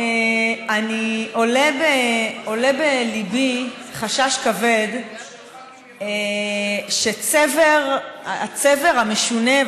עולה בליבי חשש כבד שהצבר המשונה,